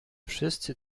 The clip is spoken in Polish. wszyscy